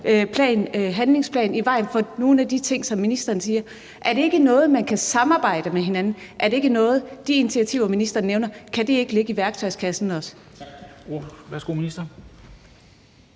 handlingsplan står i vejen for nogle af de ting, som ministeren siger. Er det ikke noget, man kan samarbejde med hinanden om? Kan de initiativer, ministeren nævner, ikke også ligge i værktøjskassen?